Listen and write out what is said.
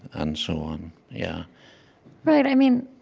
and so on yeah right. i mean,